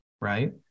right